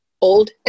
Old